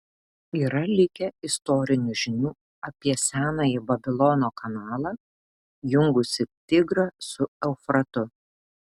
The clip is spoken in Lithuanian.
yra likę istorinių žinių apie senąjį babilono kanalą jungusį tigrą su eufratu